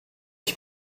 ich